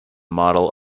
model